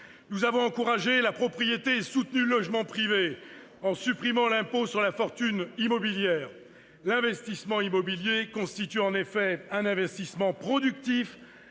Nous avons encouragé la propriété et soutenu le logement privé, en supprimant l'impôt sur la fortune immobilière. L'investissement immobilier constitue en effet un investissement productif,